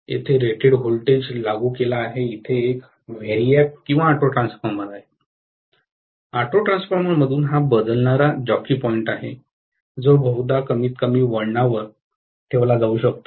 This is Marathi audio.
येथे रेटेड व्होल्टेज लागू केला आहे तेथून एक व्हेरिएक किंवा ऑटो ट्रान्सफॉर्मर आहे ऑटो ट्रान्सफॉर्मरमधून हा बदलणारा जॉकी पॉईंट आहे जो बहुधा कमीतकमी वळणांवर ठेवला जाऊ शकतो